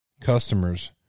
customers